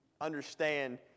understand